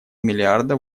миллиарда